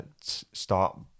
start